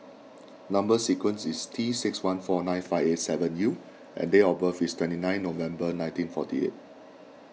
Number Sequence is T six one four nine five eight seven U and date of birth is twenty nine November nineteen forty eight